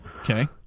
Okay